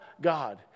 God